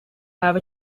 have